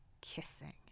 kissing